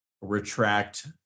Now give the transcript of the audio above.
retract